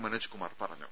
മനോജ് കുമാർ പറഞ്ഞു